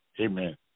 Amen